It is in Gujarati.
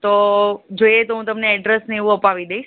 તો જોઈએ તો હું તમને એડ્રેસ ને એવું અપાવી દઈશ